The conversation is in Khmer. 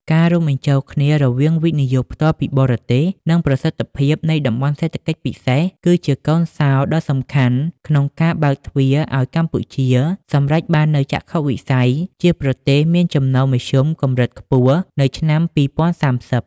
ការរួមបញ្ចូលគ្នារវាង វិនិយោគផ្ទាល់ពីបរទេស និងប្រសិទ្ធភាពនៃ តំបន់សេដ្ឋកិច្ចពិសេស គឺជាកូនសោរដ៏សំខាន់ក្នុងការបើកទ្វារឱ្យកម្ពុជាសម្រេចបាននូវចក្ខុវិស័យជាប្រទេសមានចំណូលមធ្យមកម្រិតខ្ពស់នៅឆ្នាំ ២០៣០។